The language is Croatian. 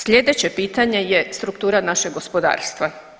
Sljedeće pitanje je struktura našeg gospodarstva.